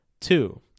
Two